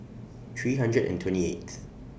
three hundred and twenty eighth